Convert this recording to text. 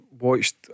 watched